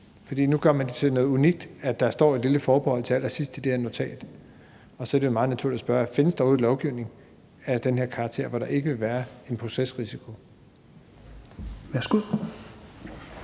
For nu gør man det til noget unikt, at der står et lille forbehold til allersidst i det her notat. Og så er det jo meget naturligt at spørge: Findes der overhovedet lovgivning af den her karakter, hvor der ikke vil være en procesrisiko? Kl.